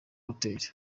hotel